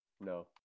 No